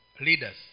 leaders